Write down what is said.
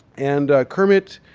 and kermit